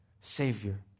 Savior